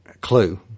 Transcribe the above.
clue